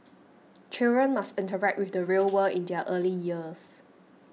children must interact with the real world in their early years